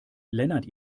lennart